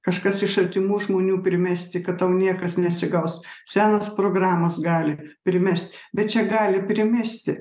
kažkas iš artimų žmonių primesti kad tau niekas nesigaus senos programos gali primest bet čia gali primesti